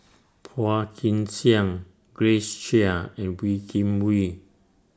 Phua Kin Siang Grace Chia and Wee Kim Wee